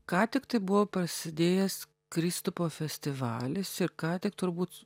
ką tik tai buvo prasidėjęs kristupo festivalis ir ką tik turbūt